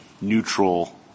neutral